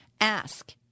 ask